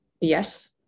yes